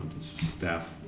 staff